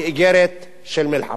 היא איגרת של מלחמה.